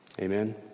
Amen